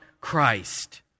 Christ